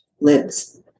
lives